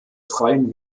freien